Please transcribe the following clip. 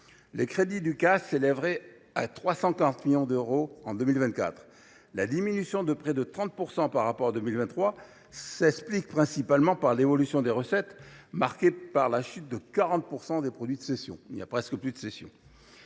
les crédits s’élèveraient à 340 millions d’euros en 2024. La diminution de près de 30 % par rapport à 2023 s’explique principalement par l’évolution des recettes, marquée par une chute de 40 % des produits de cession. Ainsi, au regard de